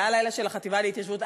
זה היה הלילה של החטיבה להתיישבות.